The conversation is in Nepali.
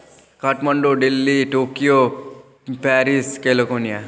Kathmandu Delhi Tokyo Paris केल्कोनिया